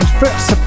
first